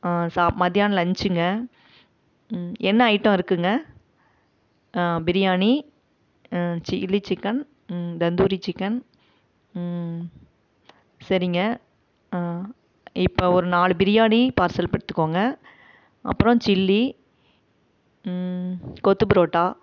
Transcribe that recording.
சா மதிதியானம் லஞ்சுங்க என்ன ஐட்டம் இருக்குங்க biryani chilli chicken tandoori chicken சரிங்க இப்போ ஒரு நாலு பிரியாணி பார்சல் எடுத்துக்கோங்க அப்புறம் சில்லி கொத்து புரோட்டா